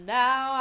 now